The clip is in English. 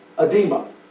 edema